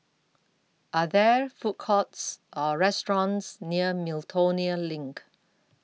Are There Food Courts Or restaurants near Miltonia LINK